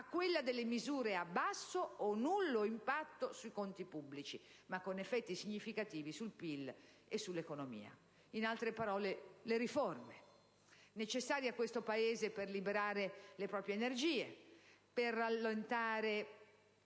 a quella delle misure a basso o nullo impatto sui conti pubblici, ma con effetti significativi sul PIL e sull'economia; in altre parole le riforme necessarie a questo Paese per liberare le proprie energie, per rallentare